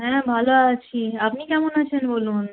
হ্যাঁ ভালো আছি আপনি কেমন আছেন বলুন